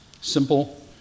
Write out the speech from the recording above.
Simple